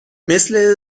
مثل